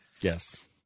Yes